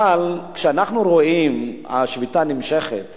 אבל כשאנחנו רואים שהשביתה נמשכת